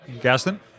Gaston